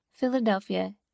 philadelphia